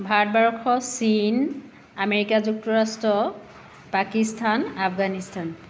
ভাৰতবৰ্ষ চীন আমেৰিকা যুক্তৰাষ্ট্ৰ পাকিস্তান আফগানিস্তান